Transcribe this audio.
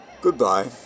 Goodbye